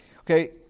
Okay